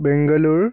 Bengaluru